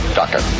doctor